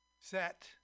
set